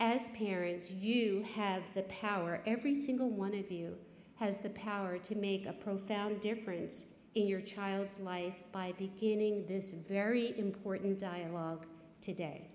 as parents you have the power every single one of you has the power to make a profound difference in your child's life by beginning this very important dialogue today